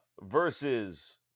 versus